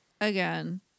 Again